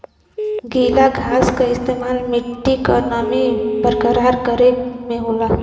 गीला घास क इस्तेमाल मट्टी क नमी बरकरार करे में होला